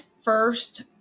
first